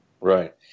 Right